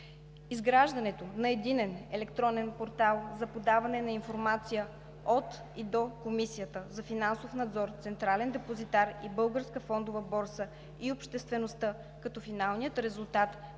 изграждането на Единен електронен портал за подаване на информация от и до Комисията за финансов надзор, Централен депозитар, Българската фондова борса и обществеността, като финалният резултат